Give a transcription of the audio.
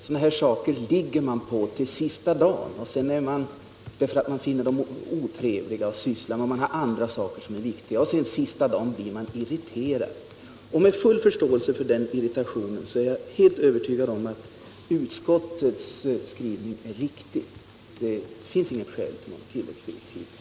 Sådana här saker ligger man på till sista dagen därför att man finner dem otrevliga att syssla med och därför att man har andra saker att göra som är viktigare, och så blir man irriterad. Med full förståelse för den irritationen är jag helt övertygad om att utskottets skrivning är riktig. Det finns inget skäl för tilläggsdirektiv.